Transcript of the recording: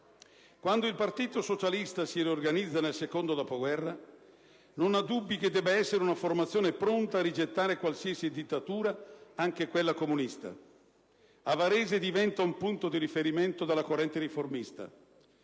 Quando il Partito socialista si riorganizza, nel secondo dopoguerra, non ha dubbi che debba essere una formazione pronta a rigettare qualsiasi dittatura, anche quella comunista. A Varese diventa un punto di riferimento della corrente riformista.